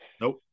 Nope